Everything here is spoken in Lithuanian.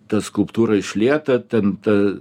ta skulptūra išlieta ten ta tas